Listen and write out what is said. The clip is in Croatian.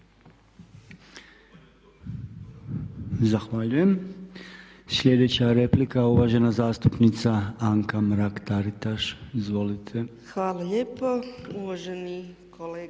Zahvaljujem. Sljedeća replika, uvažena zastupnica Anka Mrak-Taritaš. Izvolite. **Mrak-Taritaš, Anka